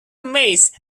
mace